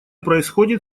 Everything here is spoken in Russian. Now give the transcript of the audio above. происходит